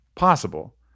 possible